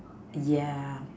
yeah